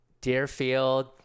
Deerfield